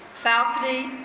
faculty,